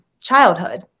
childhood